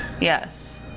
Yes